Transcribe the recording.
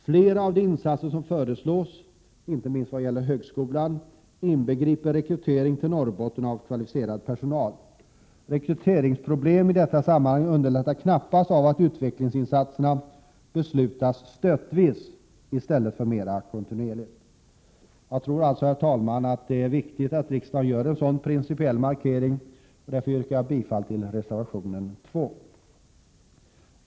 Flera av de insatser som föreslås — inte minst vad gäller högskolan — inbegriper rekrytering till Norrbotten av kvalificerad personal. Rekryteringsproblem i detta sammanhang underlättas knappast av att utvecklingsinsatserna beslutas stötvis i stället för mer kontinuerligt. Jag tror, herr talman, att det är viktigt att riksdagen gör en principiell markering, och därför yrkar jag bifall till reservation 2.